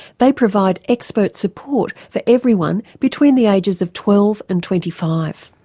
they provide expert support for everyone between the ages of twelve and twenty five.